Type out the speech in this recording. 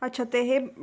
अच्छा ते